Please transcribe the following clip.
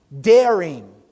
daring